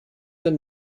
dann